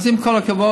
אז עם כל הכבוד,